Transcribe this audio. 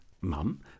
Mum